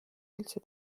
üldse